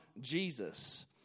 Jesus